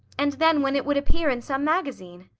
and then when it would appear in some magazine.